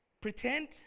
Pretend